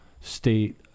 state